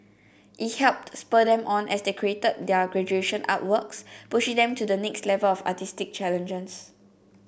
it helped spur them on as they created their graduation artworks pushing them to the next level of artistic challenges